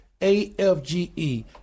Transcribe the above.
AFGE